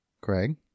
Craig